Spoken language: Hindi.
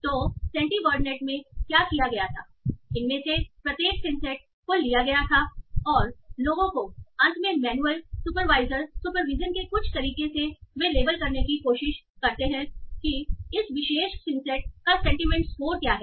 तो सेंटीवर्डनेट में क्या किया गया था इनमें से प्रत्येक सिंसेट को लिया गया था और लोगों को अंत में मैन्युअल सुपरवाइजर सुपरविजन के कुछ तरीके से वे लेबल करने की कोशिश करते हैं कि इस विशेष सिंसेट का सेंटीमेंट स्कोर क्या है